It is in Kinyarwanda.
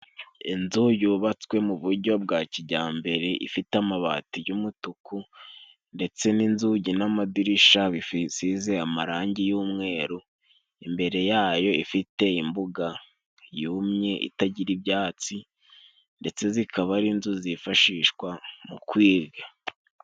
Inzu yubatswe mu bujyo bwa kijyambere, ifite amabati y'umutuku ndetse n'inzugi n'amadirisha bifisize amarangi y'umweru. lmbere yayo ifite imbuga yumye itagira ibyatsi ndetse zikaba ari inzu zifashishwa mu kwiga.